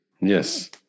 Yes